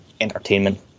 entertainment